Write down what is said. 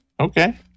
Okay